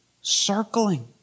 Circling